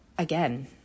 again